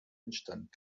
instand